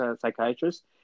psychiatrist